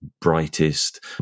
brightest